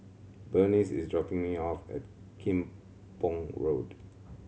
Burnice is dropping me off at Kim Pong Road